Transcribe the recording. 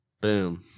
boom